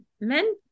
men